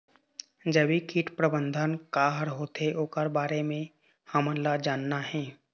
जैविक कीट प्रबंधन का हर होथे ओकर बारे मे हमन ला जानना हे?